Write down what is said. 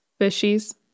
fishies